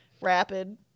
rapid